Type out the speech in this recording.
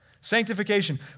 Sanctification